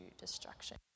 destruction